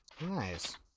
Nice